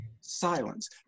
Silence